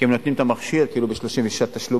כי הם נותנים את המכשיר כאילו ב-36 תשלומים,